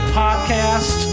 podcast